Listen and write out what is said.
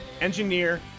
engineer